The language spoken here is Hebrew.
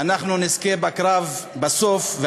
אנחנו נזכה בקרב בסוף.